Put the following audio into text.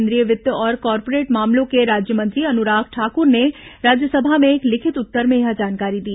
केन्द्रीय वित्त और कॉरपोरेट मामलों के राज्यमंत्री अनुराग ठाकर ने राज्यसभा में एक लिखित उत्तर में यह जानकारी दी